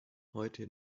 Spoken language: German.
heute